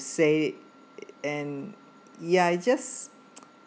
say and ya I just